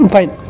Fine